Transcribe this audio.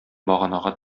баганага